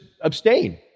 abstain